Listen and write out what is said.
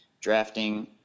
drafting